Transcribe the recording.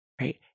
right